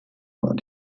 war